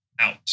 out